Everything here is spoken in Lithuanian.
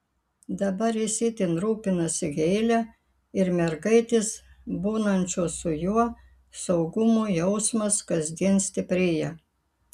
dabar jis itin rūpinasi heile ir mergaitės būnančios su juo saugumo jausmas kasdien stiprėja